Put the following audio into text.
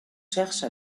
cherche